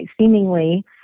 seemingly